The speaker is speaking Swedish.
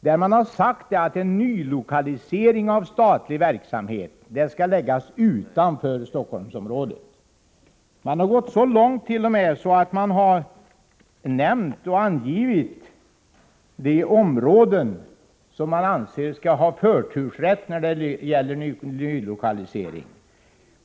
Det har ju sagts att en nylokalisering av statlig verksamhet skall ske utanför Stockholmsområdet. Man har t.o.m. gått så långt som att ange de områden som anses böra ha förtursrätt vid nylokalisering.